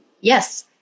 Yes